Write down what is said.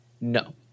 no